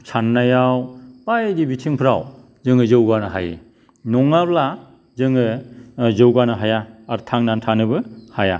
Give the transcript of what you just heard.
साननायाव बायदि बिथिंफ्राव जोङो जौगानो हायो नङाब्ला जोङो जौगानो हाया आरो थांनानै थानोबो हाया